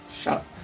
shut